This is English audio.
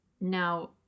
Now